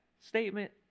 statement